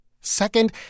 Second